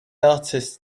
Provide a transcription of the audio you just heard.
artist